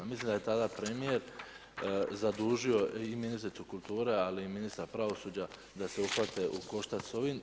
Mislim da je tada premijer zadužio i ministricu kulture, ali i ministra pravosuđa da se uhvate u koštac s ovim.